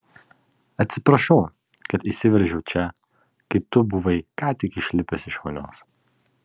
atsiprašau kad įsiveržiau čia kai tu buvai ką tik išlipęs iš vonios